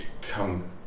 come